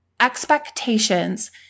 expectations